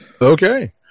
Okay